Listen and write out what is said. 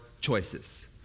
choices